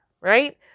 right